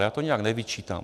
Já to nijak nevyčítám.